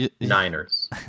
Niners